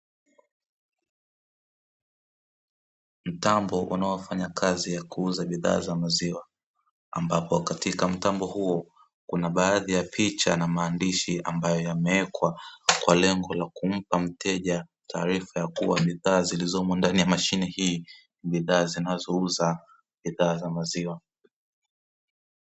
Mtambo unaofanya kazi za kuuza bidhaa za maziwa ambapo katika mtambo huo kuna baadhi ya picha na maandishi ambayo yamewekwa kwa lengo la kumpa mteja taarifa kuwa bidhaa zilizopo ndani ya mashine hii ni bidhaa zinazouza bidhaa za maziwa.